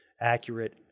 accurate